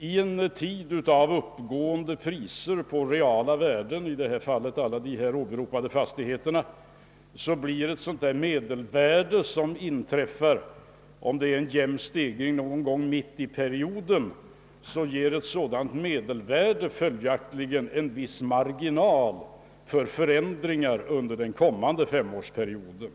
I en tid av uppåtgående priser på realvärden, i detta fall på de omnämnda fastigheterna, ger ett sådant medelvärde, om det skett en jämn prisstegring under perioden, en viss marginal för förändringar under den kommande femårsperioden.